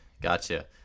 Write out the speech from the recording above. Gotcha